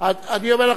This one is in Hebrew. אני אומר לך,